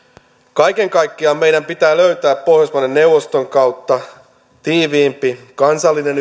kaiken kaikkiaan meidän pitää löytää pohjoismaiden neuvoston kautta tiiviimpi kansallinen